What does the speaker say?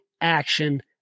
action